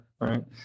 Right